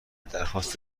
درخواست